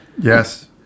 Yes